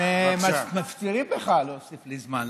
הם מפצירים בך להוסיף לי זמן.